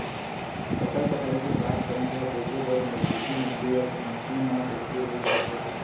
फसल कटाई के बाद चना ला बेचे बर नजदीकी मंडी या समिति मा कइसे ले जाथे?